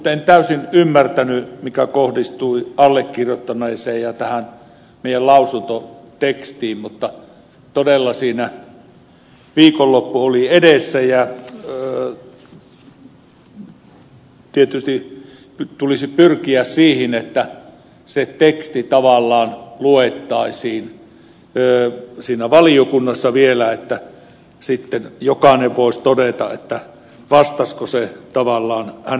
en täysin ymmärtänyt sitä mikä kohdistui allekirjoittaneeseen ja meidän lausuntotekstiimme mutta todella siinä viikonloppu oli edessä ja tietysti tulisi pyrkiä siihen että teksti luettaisiin valiokunnassa vielä että sitten jokainen voisi todeta vastasiko se tavallaan hänen ajatteluaan